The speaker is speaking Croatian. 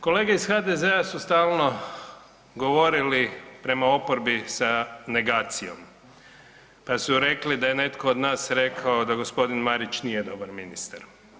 Kolege iz HDZ-a su stalno govorili prema oporbi sa negacijom, pa su rekli da je netko od nas rekao da gospodin Marić nije dobar ministar.